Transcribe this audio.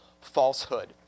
falsehood